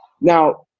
Now